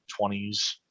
20s